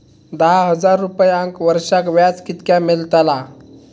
दहा हजार रुपयांक वर्षाक व्याज कितक्या मेलताला?